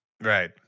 Right